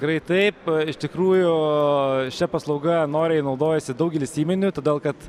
krai taip iš tikrųjų o šia paslauga noriai naudojasi daugelis įmonių todėl kad